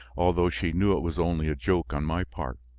although she knew it was only a joke on my part.